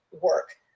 work